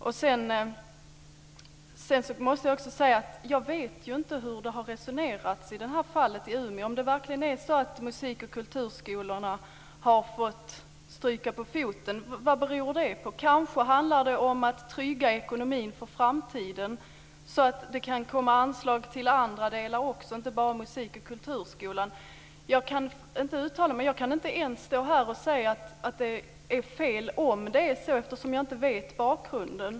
Jag måste också säga att jag inte vet hur det har resonerats i detta fall i Umeå och om det verkligen är så att musik och kulturskolorna har fått stryka på foten. Vad beror det på? Kanske handlar det om att trygga ekonomin för framtiden, så att det kan komma anslag till andra delar också och inte bara till musikoch kulturskolan. Jag kan inte uttala mig. Jag kan inte ens stå här och säga att det är fel om det är så, eftersom jag inte vet bakgrunden.